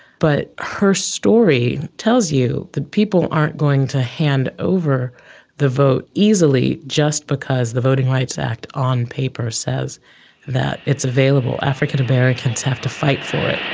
but her story tells you that people aren't going to hand over the vote easily, just because the voting rights act on paper says that it's available. african americans have to fight for it.